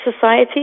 society